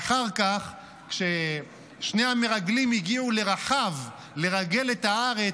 ואחר כך, כששני המרגלים הגיעו לרחב, לרגל את הארץ,